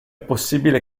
possibile